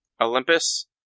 Olympus